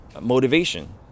motivation